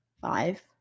five